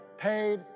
paid